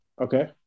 Okay